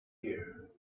here